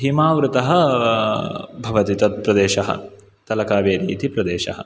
हिमावृतः भवति तत्प्रदेशः तलकावेरि इति प्रदेशः